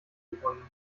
gefunden